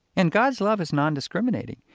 and god's love is nondiscriminating.